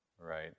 right